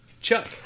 Chuck